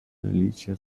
наличие